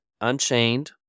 unchained